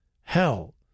hell